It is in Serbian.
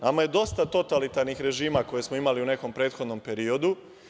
Nama je dosta totalitarnih režima koje smo imali u nekom prethodnom periodu.